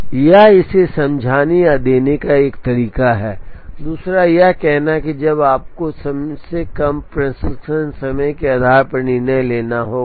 यह इसे समझाने या देने का एक तरीका है दूसरा यह कहना है कि जब आपको सबसे कम प्रसंस्करण समय के आधार पर निर्णय लेना होगा